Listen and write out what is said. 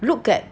look at